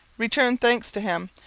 return thanks to him,